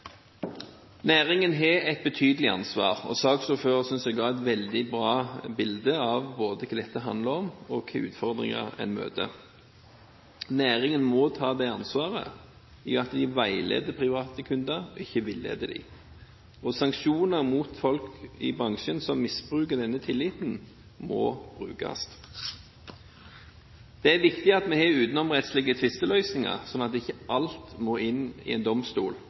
Næringen har et betydelig ansvar. Jeg synes saksordføreren ga et veldig bra bilde både av hva dette handler om, og hvilke utfordringer en møter. Næringen må ta det ansvaret at de veileder private kunder og ikke villeder dem. Sanksjoner mot folk i bransjen som misbruker denne tilliten, må brukes. Det er viktig at vi har utenomrettslige tvisteløsninger sånn at ikke alt må inn for en domstol.